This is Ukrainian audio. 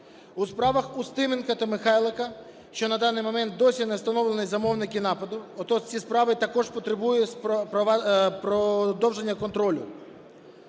У справах Устименка та Михайлика, що на даний момент досі не встановлені замовники нападу, отож, ці справи також потребують продовження контролю.